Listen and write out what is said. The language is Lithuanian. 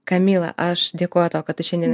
kamila aš dėkoju tau kad tu šiandien